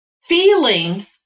feeling